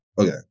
Okay